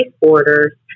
orders